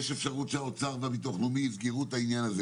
יש אפשרות שהאוצר והביטוח הלאומי יסגרו את העניין.